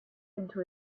into